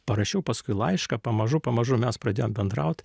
parašiau paskui laišką pamažu pamažu mes pradėjom bendraut